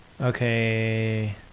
Okay